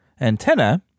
antenna